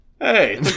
Hey